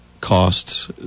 costs